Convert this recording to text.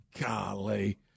Golly